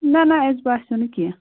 نہَ نہَ اَسہِ باسٮ۪و نہٕ کیٚنٛہہ